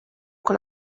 con